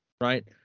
right